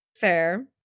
fair